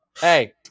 Hey